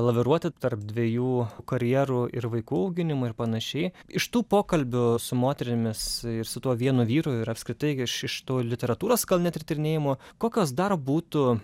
laviruoti tarp dviejų karjerų ir vaikų auginimo ir panašiai iš tų pokalbių su moterimis ir su tuo vienu vyru ir apskritai iš iš to literatūros gal net ir tyrinėjimų kokios dar būtų